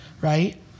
right